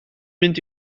mynd